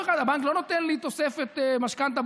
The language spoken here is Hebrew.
הבנק לא נותן לי תוספת משכנתה,